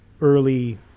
early